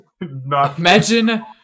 Imagine